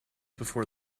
before